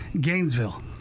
gainesville